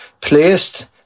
placed